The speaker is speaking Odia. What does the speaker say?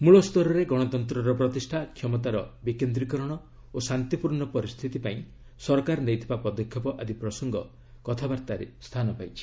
ମୂଳସ୍ତରରେ ଗଣତନ୍ତ୍ରର ପ୍ରତିଷ୍ଠା କ୍ଷମତାର ବିକେନ୍ଦ୍ରିକରଣ ଓ ଶାନ୍ତିପୂର୍ଣ୍ଣ ପରିସ୍ଥିତି ପାଇଁ ସରକାର ନେଇଥିବା ପଦକ୍ଷେପ ଆଦି ପ୍ରସଙ୍ଗ କଥାବାର୍ତ୍ତାରେ ସ୍ଥାନ ପାଇଛି